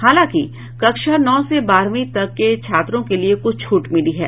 हालांकि कक्षा नौ से बारहवीं तक के छात्रों के लिये कुछ छूट मिली हैं